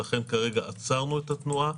לכן כרגע עצרנו את התנועה.